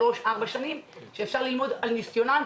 שאפשר ללמוד על ניסיונם?